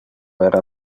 era